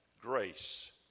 Grace